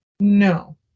No